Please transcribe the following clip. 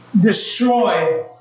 destroy